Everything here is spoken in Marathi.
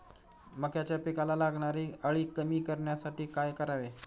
मक्याच्या पिकाला लागणारी अळी कमी करण्यासाठी काय करावे?